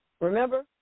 Remember